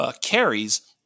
carries